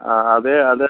ആ അതെ അത്